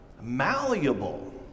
malleable